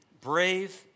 brave